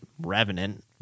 revenant